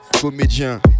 comédien